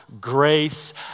grace